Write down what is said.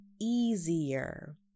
easier